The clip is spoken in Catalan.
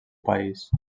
país